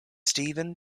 stephen